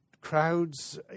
crowds